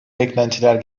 beklentiler